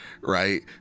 right